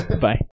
Bye